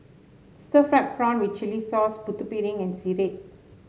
Stir Fried Prawn with Chili Sauce Putu Piring and sireh